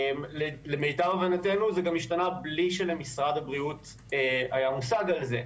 למיטב הבנתנו זה גם השתנה בלי שלמשרד הבריאות היה מושג על זה.